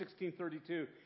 16.32